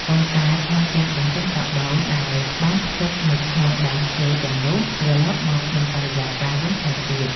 ប៉ុន្តែថែមទាំងបញ្ចេញកាបូនដែលបានផ្ទុកនៅក្នុងដើមឈើទាំងនោះត្រឡប់មកក្នុងបរិយាកាសវិញថែមទៀតផង។